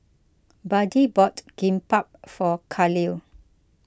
Buddie bought Kimbap for Khalil